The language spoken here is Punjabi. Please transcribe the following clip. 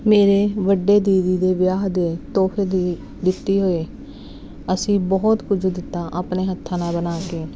ਮੇਰੇ ਵੱਡੇ ਦੀਦੀ ਦੇ ਵਿਆਹ ਦੇ ਤੋਹਫੇ ਦੀ ਲਿੱਤੀ ਹੋਏ ਅਸੀਂ ਬਹੁਤ ਕੁਝ ਦਿੱਤਾ ਆਪਣੇ ਹੱਥਾਂ ਨਾਲ ਬਣਾ ਕੇ